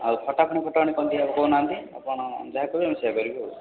ଆଉ ଖଟାପାଣି ଫଟାପାଣି କ'ଣ ଦିଆହେବ କହୁନାହାଁନ୍ତି ଆପଣ ଯାହା କହିବେ ଆମେ ସେଇଆ କରିବୁ ଆଉ